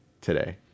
today